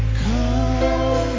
come